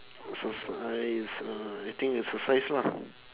exercise uh I think exercise lah